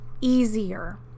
easier